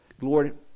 Lord